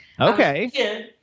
Okay